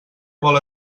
vol